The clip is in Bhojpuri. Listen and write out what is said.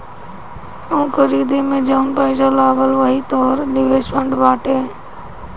ऊ खरीदे मे जउन पैसा लगल वही तोहर निवेश फ़ंड बाटे